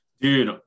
dude